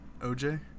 OJ